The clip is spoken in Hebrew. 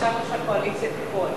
החלטת ועדת הפנים והגנת הסביבה בדבר תיקון